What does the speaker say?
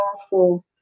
powerful